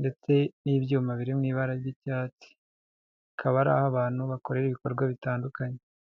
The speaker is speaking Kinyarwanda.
ndetse n'ibyuma biri mu ibara ry'icyatsi, akaba ari ah'abantu bakorera ibikorwa bitandukanye.